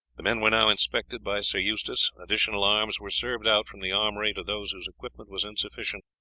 the men were now inspected by sir eustace, additional arms were served out from the armoury to those whose equipment was insufficient,